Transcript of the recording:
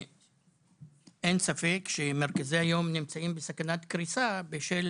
אין ספק שמרכזי היום נמצאים בסכנת קריסה בשל